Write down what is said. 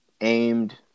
aimed